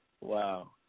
Wow